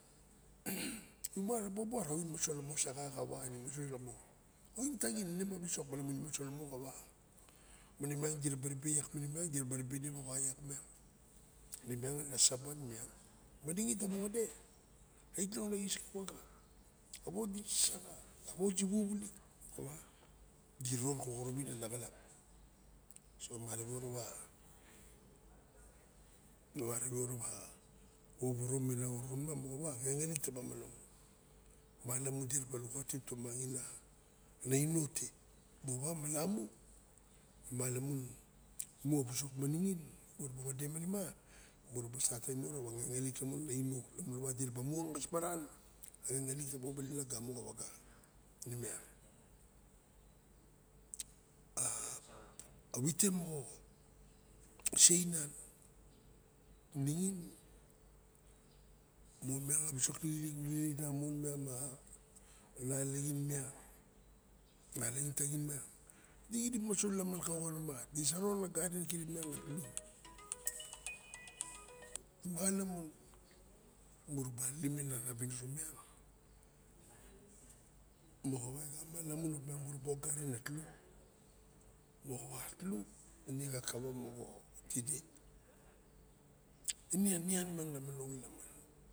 dibu mara bobo ara oin moso busa xa- xa wa ine mosoe lama oin taxi ine ma wisok malamun mosolamo xa wa. Maine iak miang dirava ribe ne mawa iuk miang nemiang a saban iak miang. Nura wade a wos disaxa ma wos diroron koxorop ana xilap so malamun muraba a xon ma moxawa a ngenelik taba manong. Malamun diraba lukautim tumangin ana ino te. Moxawa malamu malamun imu a wisok mo ningin mura ba wade manima muraba statim imu rawa ngengelik lamun ana inom mo diraba mu ngas maran a ngengelik taba wanda baling ure xa wanga a wite mo se inan ningin monmiang a wisok lik di wewet nanmon miang a nalaxin miang analaxin taxin miang dixirip maso lahaman disa ron a garin kirip miang a tlu e malamun mura ba limen ana winiro miang moxawa e xamala mun muraba ogarin atlu moxowa in kakawa moxa tide in anian mang na manong lalaman.